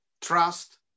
trust